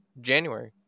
January